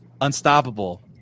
unstoppable